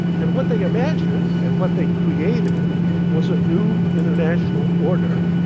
and what they imagined and what they created was a new international order,